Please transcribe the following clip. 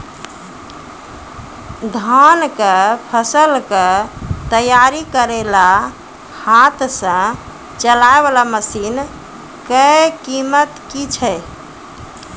धान कऽ फसल कऽ तैयारी करेला हाथ सऽ चलाय वाला मसीन कऽ कीमत की छै?